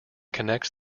connects